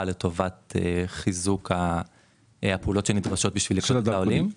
לטובת חיזוק הפעולות שנדרשות לקליטת העולים.